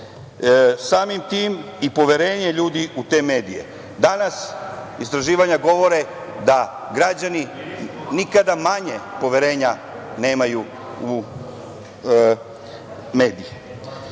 samim tim, i poverenje ljudi u te medije. Danas istraživanja govore da građani nikada manje poverenja nemaju u medije.